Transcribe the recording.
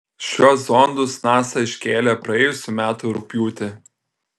šiuo zondus nasa iškėlė praėjusių metų rugpjūtį